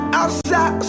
outside